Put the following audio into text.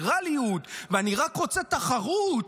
וליברליות, ואני רק רוצה תחרות.